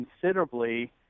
considerably